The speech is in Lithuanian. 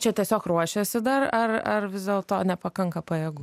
čia tiesiog ruošiasi dar ar ar vis dėlto nepakanka pajėgų